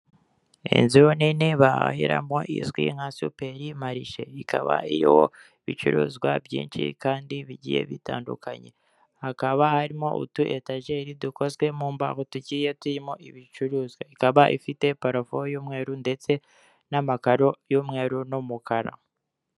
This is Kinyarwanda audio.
Inzu nini bahahiramo izwi nka superimarishe ikaba irimo ibicuruzwa byinsh kandi bigiye bitandukanye, hakaba harimo utu etajeri dukozwe mu mbaho tugiye turimo ibicuruzwa, ikaba ifite parafo y'umweru ndetse n'amakaro y'umweru n'umukara.